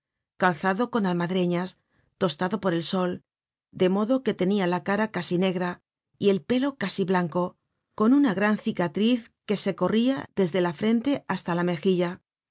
calzado con almadreñas tostado por el sol de modo que tenia la cara casi negra y el pelo casi blanco con una gran cicatriz que se corria desde la frente hasta la mejilla